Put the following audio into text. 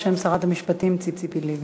בשם שרת המשפטים ציפי לבני.